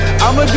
I'ma